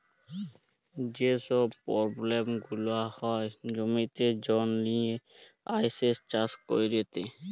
যে ছব পব্লেম গুলা হ্যয় জমিতে জল লিয়ে আইসে চাষ ক্যইরতে